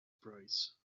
price